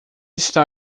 está